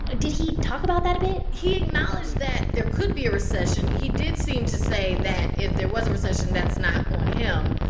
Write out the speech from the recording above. ah did he talk about that a bit? he acknowledged that there could be a recession. he did seem to say that if there was a recession, that's not on him.